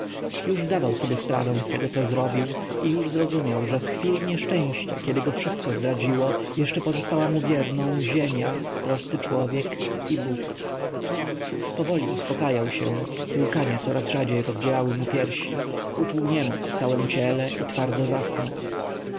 już zdawał sobie sprawę z tego co zrobił i już zrozumiał że w chwili nieszczęścia kiedy go wszystko zdradziło jeszcze pozostała mu wierną ziemia prosty człowiek i bóg powoli uspakajał się łkania coraz rzadziej rozdzierały mu piersi uczuł niemoc w całem ciele i twardo zasnął